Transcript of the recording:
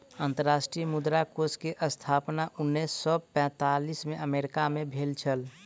अंतर्राष्ट्रीय मुद्रा कोष के स्थापना उन्नैस सौ पैंतालीस में अमेरिका मे भेल छल